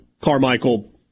Carmichael